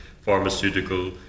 pharmaceutical